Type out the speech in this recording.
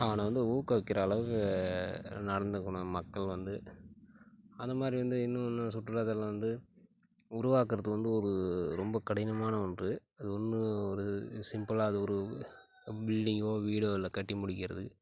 அவனை வந்து ஊக்கவிக்கிற அளவுக்கு நடந்துக்கணும் மக்கள் வந்து அந்த மாதிரி வந்து இன்னும் இன்னும் சுற்றுலாத்தலம் வந்து உருவாக்குறது வந்து ஒரு ரொம்ப கடினமான ஒன்று அது ஒன்று ஒரு சிம்பிளாக அது ஒரு பில்டிங்கோ வீடோ இல்லை கட்டி முடிக்கிறதுக்கு